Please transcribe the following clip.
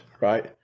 right